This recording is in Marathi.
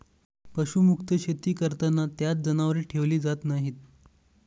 पशुमुक्त शेती करताना त्यात जनावरे ठेवली जात नाहीत